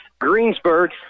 greensburg